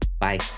Bye